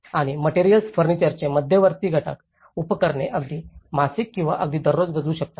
आणि मटेरिअल्स फर्निचरचे मध्यवर्ती घटक उपकरणे अगदी मासिक किंवा अगदी दररोज बदलू शकतात